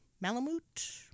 Malamute